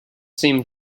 seemed